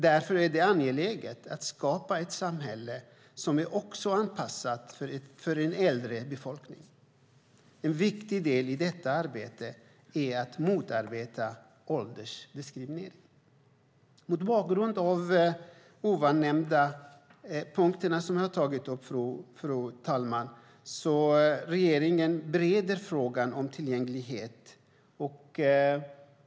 Därför är det angeläget att skapa ett samhälle som också är anpassat för en äldre befolkning. En viktig del i detta arbete är att motarbeta åldersdiskriminering. Mot bakgrund av de punkter som jag har tagit upp vill jag säga att regeringen bereder frågan om tillgänglighet.